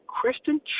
Christian